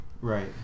Right